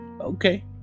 Okay